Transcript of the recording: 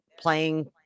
playing